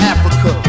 Africa